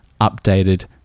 updated